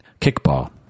kickball